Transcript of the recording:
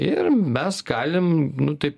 ir mes galim taip